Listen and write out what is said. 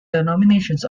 denominations